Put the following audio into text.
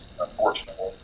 unfortunately